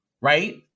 right